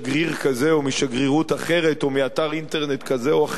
כזה או משגרירות אחרת או מאתר אינטרנט כזה או אחר,